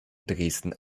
dresden